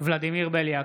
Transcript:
ולדימיר בליאק,